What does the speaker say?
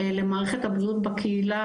למערכת הבריאות בקהילה,